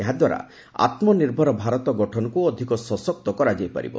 ଏହା ଦ୍ୱାରା ଆତ୍ମନିର୍ଭର ଭାରତ ଗଠନକୁ ଅଧିକ ସଶକ୍ତ କରାଯାଇ ପାରିବ